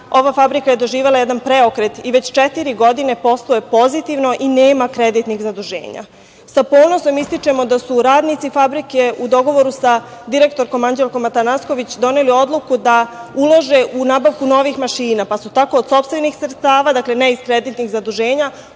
ova fabrika je doživela jedan preokret i već četiri godine posluje pozitivno i nema kreditnih zaduženja. Sa ponosom ističemo da su radnici fabrike u dogovoru sa direktorkom, Anđelkom Atanasković, doneli odluku da ulože u nabavku novih mašina, pa su tako od sopstvenih sredstava, ne iz kreditnih zaduženja,